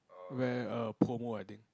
where err Pomo I think